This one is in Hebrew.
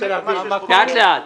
אני רוצה להבין את זה.